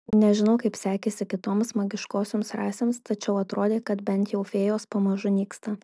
nežinau kaip sekėsi kitoms magiškosioms rasėms tačiau atrodė kad bent jau fėjos pamažu nyksta